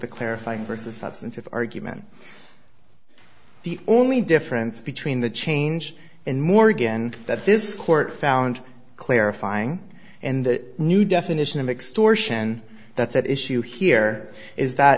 the clarifying versus substantive argument the only difference between the change in morgan that this court found clarifying and the new definition of extortion that's at issue here is that